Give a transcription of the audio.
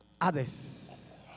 Others